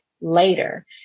later